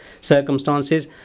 circumstances